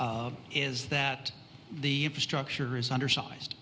is that the infrastructure is undersized